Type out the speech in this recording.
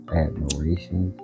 admiration